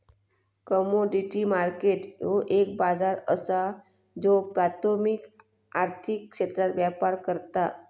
commodity market ह्यो एक बाजार असा ज्यो प्राथमिक आर्थिक क्षेत्रात व्यापार करता